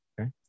Okay